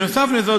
נוסף על זה,